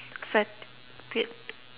fet~ weird